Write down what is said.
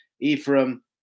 Ephraim